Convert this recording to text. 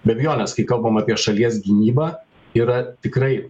be abejonės kai kalbam apie šalies gynybą yra tikrai